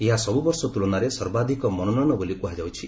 ଏହା ସବୁ ବର୍ଷ ତୁଳନାରେ ସର୍ବାଧିକ ମନୋନୟନ ବୋଲି କୁହାଯାଉଛି